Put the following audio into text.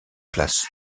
place